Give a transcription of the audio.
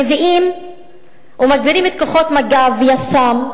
מביאים ומגבירים את כוחות מג"ב ויס"מ,